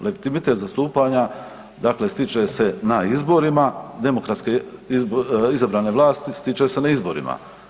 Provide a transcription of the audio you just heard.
Legitimitet zastupanja, dakle stiče se na izborima demokratske izabrane vlasti stiče se na izborima.